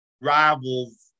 rivals